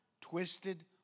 twisted